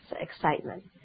excitement